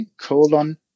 colon